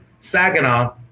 Saginaw